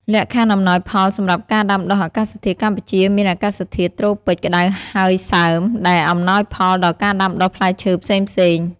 លក្ខខណ្ឌអំណោយផលសម្រាប់ការដាំដុះអាកាសធាតុ កម្ពុជាមានអាកាសធាតុត្រូពិចក្តៅហើយសើម ដែលអំណោយផលដល់ការដាំដុះផ្លែឈើផ្សេងៗ។